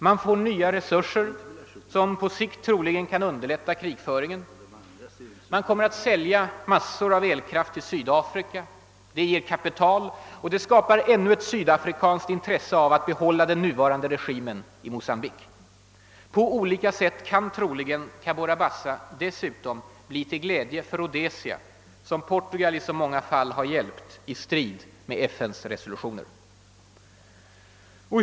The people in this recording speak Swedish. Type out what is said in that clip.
Man får nya resurser som på sikt troligen kan underlätta krigföringen. Man kommer att sälja massor av elkraft till Sydafrika. Det ger kapital, och det skapar ännu ett sydafrikanskt intresse av att behålla den nuvarande regimen i Mocambique. På olika sätt kan troligen Cabora Bassa dessutom bli till glädje för Rhodesia, som Portugal i så många fall har hjälpt i strid med FN:s resolutioner.